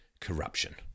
corruption